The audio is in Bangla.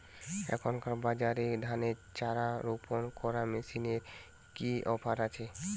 এখনকার বাজারে ধানের চারা রোপন করা মেশিনের কি অফার আছে?